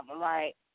right